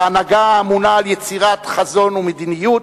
כהנהגה האמונה על יצירת חזון ומדיניות,